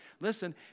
listen